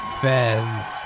fans